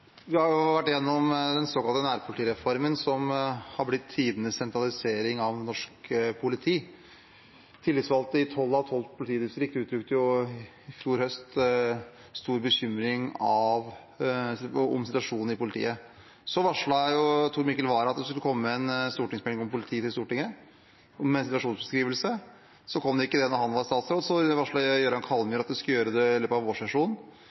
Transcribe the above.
Vi har vært gjennom den såkalte nærpolitireformen, som har blitt tidenes sentralisering av norsk politi. Tillitsvalgte i tolv av tolv politidistrikt uttrykte i fjor høst stor bekymring over situasjonen i politiet. Så varslet Tor Mikkel Wara at det skulle komme en stortingsmelding om politiet, med en situasjonsbeskrivelse. Den kom ikke da han var statsråd. Så varslet Jøran Kallmyr at det skulle gjøres i løpet av vårsesjonen.